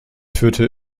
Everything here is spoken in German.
führte